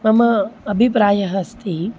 मम अभिप्रायः अस्ति